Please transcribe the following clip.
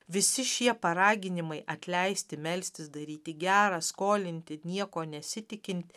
visi šie paraginimai atleisti melstis daryti gera skolinti nieko nesitikint